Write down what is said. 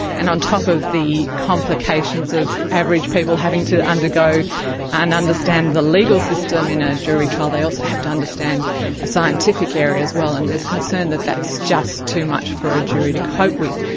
and on top of the complications of average people having to undergo and understand the legal system in a jury trial they also have to understand a scientific area as well, and there is concern that that's just too much for a jury to cope with.